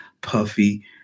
puffy